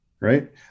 right